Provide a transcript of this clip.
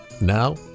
Now